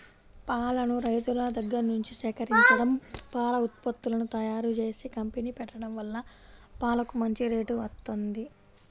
పాలను రైతుల దగ్గర్నుంచి సేకరించడం, పాల ఉత్పత్తులను తయ్యారుజేసే కంపెనీ పెట్టడం వల్ల పాలకు మంచి రేటు వత్తంది